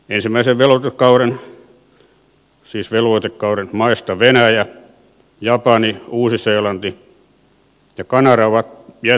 ensimmäisen velvoitekauden maista venäjä japani uusi seelanti ja kanada ovat jättäytyneet pois